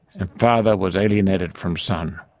and father was alienated from son.